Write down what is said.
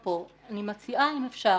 אני מציעה, אם אפשר,